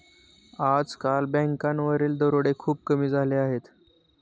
आजकाल बँकांवरील दरोडे खूप कमी झाले आहेत